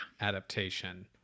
Adaptation